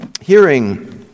hearing